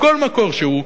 מכל מקור שהוא,